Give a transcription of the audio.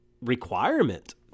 requirement